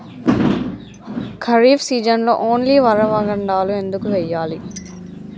ఖరీఫ్ సీజన్లో ఓన్లీ వరి వంగడాలు ఎందుకు వేయాలి?